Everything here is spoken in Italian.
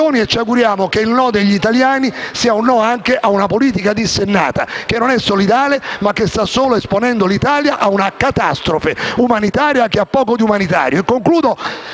e ci auguriamo che il no degli italiani sia un no anche a una politica dissennata, che non è solidale, ma che sta solo esponendo l'Italia a una catastrofe umanitaria che ha poco di umanitario.